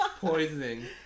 poisoning